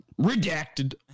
Redacted